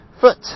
foot